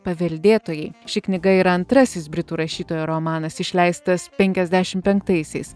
paveldėtojai ši knyga yra antrasis britų rašytojo romanas išleistas penkiasdešim penktaisiais